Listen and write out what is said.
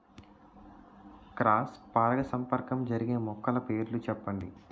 Cross పరాగసంపర్కం జరిగే మొక్కల పేర్లు చెప్పండి?